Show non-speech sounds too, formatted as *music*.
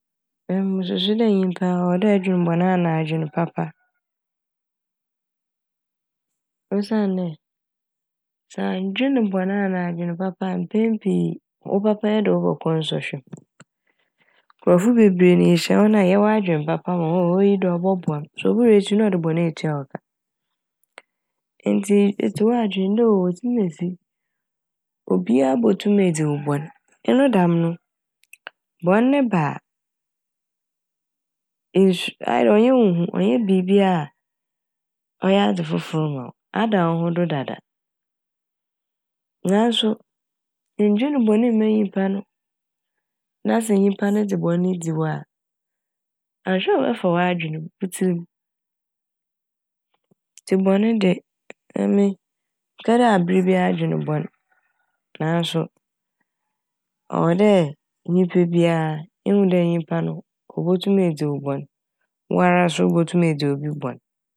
Emi mususu dɛ nyimpa ɔwɔ dɛ *noise* ɛdwen bɔn na adwen papa. Osiandɛ sɛ anndwen bɔn anaa adwen papa a mpɛn pii wo papayɛ de wo bɔkɔ nsɔhwɛ m'. Nkorɔfo bebree na yehyia hɔn a yɛwɔ adwen papa ma hɔn oh! oyi de *noise* ɔbɔboa m' so obowie no na ɔde bɔne etua wo ka. Ntsi etse hɔ a dwen dɛ oh! osimesi obia botum edzi wo bɔn *noise* eno dɛm no bɔn ne ba a nnsu - ɔayɛ dɛ ɔnnyɛ wo hu ɔnnyɛ biibia ɔyɛ adze fofor ma w' ada wo ho do dada. Naaso nndwen bɔne mma nyimpa no na sɛ nyimpa no dze bɔne ne dzi wo a annhwɛ a ɔbɛfa w'adwen m' wo tsirm' ntsi bɔne de emi mennka dɛ aber biara *noise* dwen bɔn naaso ɔwɔ dɛ nyimpa bia ehu dɛ nyimpa no obotum edzi wo bɔn wara so botum edzi obi bɔn.